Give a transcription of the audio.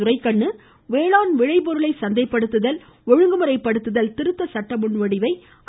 துரைக்கண்ணு வேளாண் விளைபொருளை சந்தைப்படுத்துதல் ஒழுங்குமுறைப்படுத்துதல் திருத்த சட்ட முன்வடிவை அறிமுகம் செய்தார்